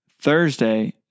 Thursday